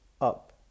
up